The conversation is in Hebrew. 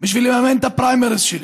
בשביל לממן את הפריימריז שלי.